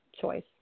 choice